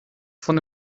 von